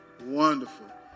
wonderful